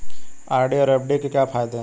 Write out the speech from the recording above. RD और FD के क्या फायदे हैं?